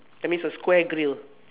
that means a square grill